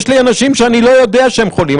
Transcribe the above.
יש לי אנשים שאני לא יודע שהם חולים.